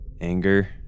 Anger